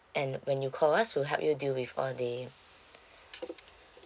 and when you call us we'll help you deal with all the